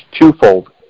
twofold